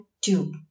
tube